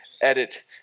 edit